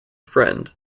friend